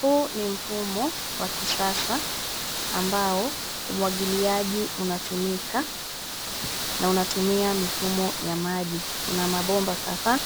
Huu ni mfumo wa kisasa ambao umwagiliaji unatumika na unatumia mifumo ya maji. Una mabomba kadhaa,